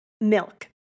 milk